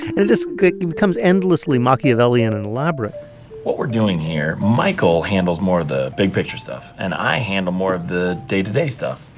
and it just becomes endlessly machiavellian and elaborate what we're doing here michael handles more of the big-picture stuff, and i handle more of the day-to-day stuff,